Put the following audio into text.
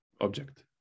Object